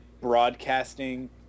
broadcasting